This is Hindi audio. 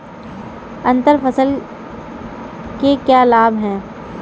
अंतर फसल के क्या लाभ हैं?